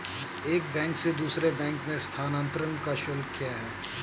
एक बैंक से दूसरे बैंक में स्थानांतरण का शुल्क क्या है?